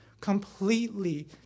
completely